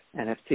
NFC